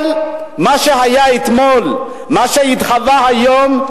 אבל מה שהיה אתמול, מה שהתהווה היום,